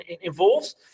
involved